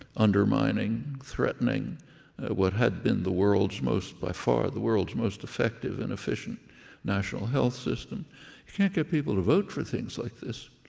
undermining, threatening what had been the world's most by far, the world's most effective and efficient national health system. you can't get people to vote for things like this.